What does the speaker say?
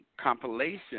compilation